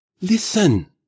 Listen